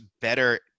better